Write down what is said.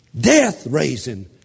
death-raising